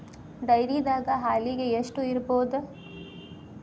ಡೈರಿದಾಗ ಹಾಲಿಗೆ ಎಷ್ಟು ಇರ್ಬೋದ್?